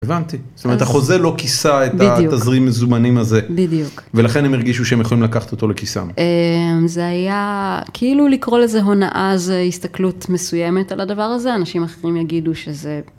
הבנתי זאת אומרת החוזה לו כיסה את תזרים הזומנים הזה בדיוק ולכן הם הרגישו שהם יכולים לקחת אותו לכיסם. זה היה כאילו, לקרוא לזה הונאה זה הסתכלות מסוימת על הדבר הזה, אנשים אחרים יגידו שזה.